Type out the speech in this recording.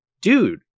dude